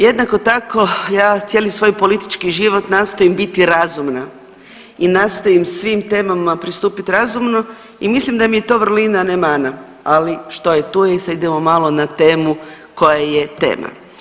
Jednako tako ja cijeli svoj politički život nastojim biti razumna i nastojim svim temama pristupiti razumno i mislim da mi je to vrlina, a ne mana, ali što je tu je i sad idemo malo na temu koja je tema.